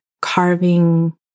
carving